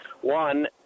one